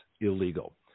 illegal